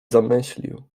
zamyślił